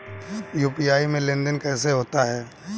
UPI में लेनदेन कैसे होता है?